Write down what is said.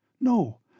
No